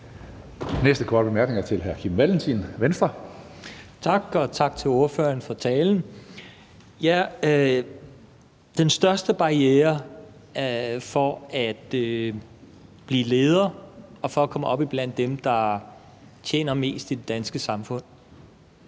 næste korte bemærkning er til hr. Kim Valentin, Venstre. Kl. 15:13 Kim Valentin (V): Tak. Og tak til ordføreren for talen. Den største barriere for at blive leder og komme op iblandt dem, der tjener mest i det danske samfund,